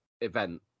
event